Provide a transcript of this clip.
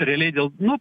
realiai dėl nu